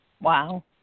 Wow